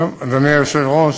אדוני היושב-ראש,